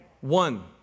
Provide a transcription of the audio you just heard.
one